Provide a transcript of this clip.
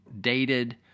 dated